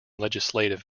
legislative